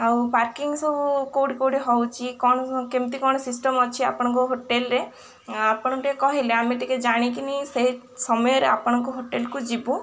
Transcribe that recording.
ଆଉ ପାର୍କିଂ ସବୁ କେଉଁଠି କେଉଁଠି ହେଉଛି କ'ଣ କେମିତି କ'ଣ ସିଷ୍ଟମ୍ ଅଛି ଆପଣଙ୍କ ହୋଟେଲ୍ରେ ଆପଣ ଟିକେ କହିଲେ ଆମେ ଟିକେ ଜାଣିକିନି ସେଇ ସମୟରେ ଆପଣଙ୍କ ହୋଟେଲ୍କୁ ଯିବୁ